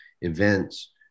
events